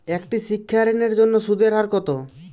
একটি শিক্ষা ঋণের জন্য সুদের হার কত?